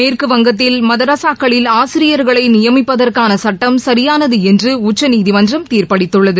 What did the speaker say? மேற்குவங்கத்தில் மதரஸாக்களில் ஆசிரியர்களை நியமிப்பதற்கான சட்டம் சரியானது என்று உச்சநீதிமன்றம் தீர்பளித்துள்ளது